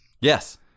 Yes